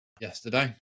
Yesterday